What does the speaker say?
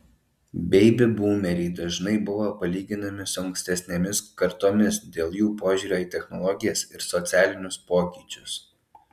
beibi būmeriai dažnai buvo palyginami su ankstesnėmis kartomis dėl jų požiūrio į technologijas ir socialinius pokyčius